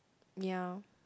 ya